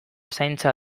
zaintza